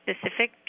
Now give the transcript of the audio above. specific